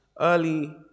early